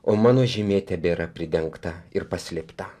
o mano žymė tebėra pridengta ir paslėpta